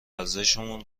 ارزشمون